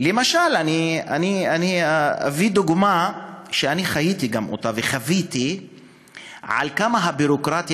אני אביא דוגמה שחייתי וחוויתי אותה עד כמה הביורוקרטיה